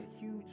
huge